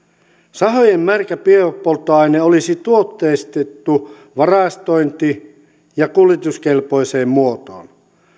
sahojen märkä biopolttoaine olisi tuotteistettu varastointi ja kuljetuskelpoiseen muotoon